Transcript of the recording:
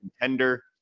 contender